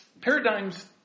Paradigm's